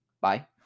bye